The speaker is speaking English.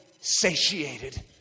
satiated